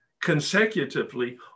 consecutively